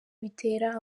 bitera